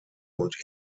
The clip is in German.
und